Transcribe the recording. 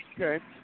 Okay